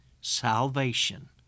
Salvation